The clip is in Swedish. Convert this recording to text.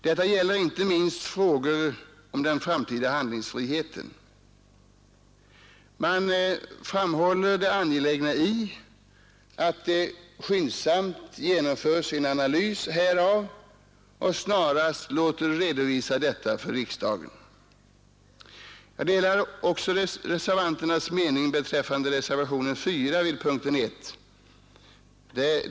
Detta gäller inte minst i fråga om den framtida handlingsfriheten,” Man framhåller därefter det angelägna i att det skyndsamt genomförs en analys härav, som snarast redovisas för riksdagen. Jag delar också reservanternas mening i reservationen 4 vid punkten 1.